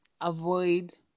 avoid